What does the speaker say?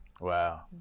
Wow